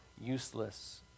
useless